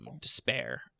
despair